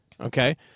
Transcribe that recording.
Okay